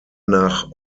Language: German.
nach